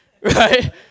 right